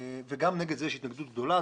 גם נגד זה יש התנגדות גדולה.